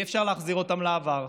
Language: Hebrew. אי-אפשר להחזיר אותם לעבר,